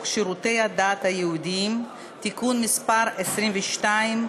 שירותי הדת היהודיים (תיקון מס' 22),